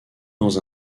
dans